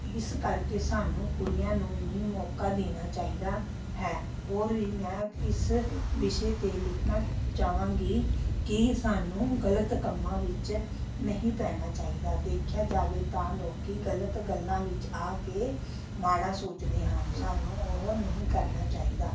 ਇਸ ਕਰਕੇ ਸਾਨੂੰ ਕੁੜੀਆਂ ਨੂੰ ਵੀ ਮੌਕਾ ਦੇਣਾ ਚਾਹੀਦਾ ਹੈ ਹੋਰ ਵੀ ਮੈਂ ਇਸ ਵਿਸ਼ੇ 'ਤੇ ਲਿਖਣਾ ਚਾਹਵਾਂਗੀ ਕਿ ਸਾਨੂੰ ਗਲਤ ਕੰਮਾਂ ਵਿੱਚ ਨਹੀਂ ਪੈਣਾ ਚਾਹੀਦਾ ਦੇਖਿਆ ਜਾਵੇ ਤਾਂ ਲੋਕ ਗਲਤ ਗੱਲਾਂ ਵਿੱਚ ਆ ਕੇ ਮਾੜਾ ਸੋਚਦੇ ਹਨ ਸਾਨੂੰ ਉਹ ਨਹੀਂ ਕਰਨਾ ਚਾਹੀਦਾ